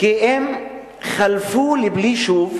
כי הם חלפו לבלי שוב,